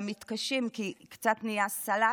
למתקשים, כי קצת נהיה סלט,